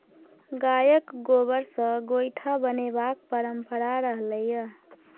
गायक गोबर सँ गोयठा बनेबाक परंपरा रहलै यै